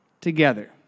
together